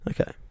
Okay